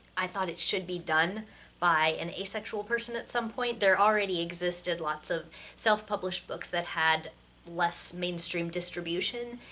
i thought it should be done by an asexual person at some point. there already existed lots of self-published books that had less mainstream distribution,